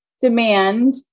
demand